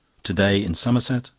to-day in somerset,